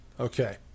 Okay